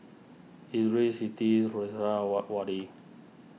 Idris Siti